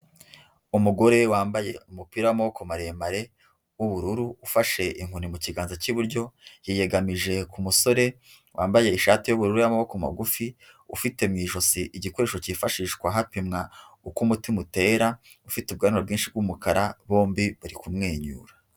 Umugore wambaye umupira w'amaboko maremare w'ubururu ufashe inkoni mu kiganza k'iburyo yiyegamije ku musore wambaye ishati y'ubururu y'amaboko magufi, ufite mu ijosi igikoresho kifashishwa hapimwa uko umutima utera, ufite ubwanwa bwinshi bw'umukara bombi bari kumwenyura.